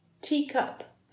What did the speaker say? teacup